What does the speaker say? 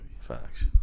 Facts